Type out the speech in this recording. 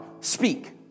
speak